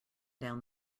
down